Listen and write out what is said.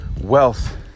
wealth